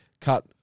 cut